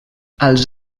als